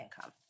income